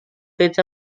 fets